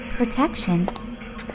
protection